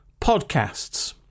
podcasts